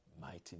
mighty